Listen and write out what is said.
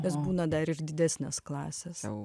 jos būna dar didesnės klasės